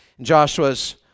Joshua's